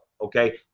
okay